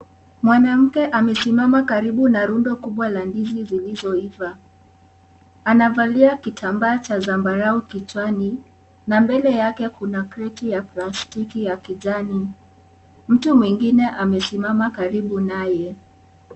Mwanamke amesimama karibu na rundo kubwa ndizi zilizoiva, anavaa kitambaa cha zambarau kichwani mbele yake kuna kreti ya plastiki ya kijani mtu, mwingine amesimama karibu naye.